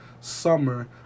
summer